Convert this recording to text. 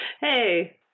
Hey